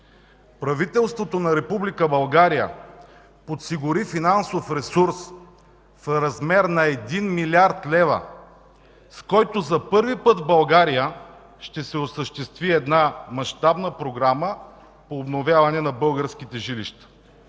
Правителството на Република Българя подсигури финансов ресурс в размер на 1 млрд. лв., с който за първи път в България ще се осъществи мащабна програма по обновяване на българските жилища